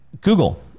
Google